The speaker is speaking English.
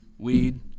Weed